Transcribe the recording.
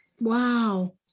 Wow